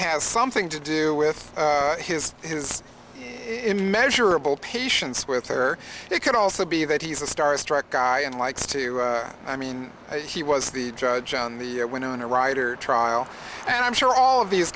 has something to do with his his in measurable patience with her it could also be that he's a starstruck guy and likes to i mean he was the judge on the year winona ryder trial and i'm sure all of these